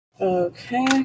Okay